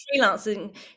freelancing